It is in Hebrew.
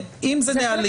אם זה נהלים --- זה חלק